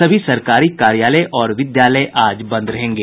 सभी सरकारी कार्यालय और विद्यालय आज बंद रहेंगे